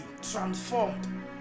transformed